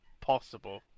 possible